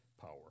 power